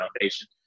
Foundation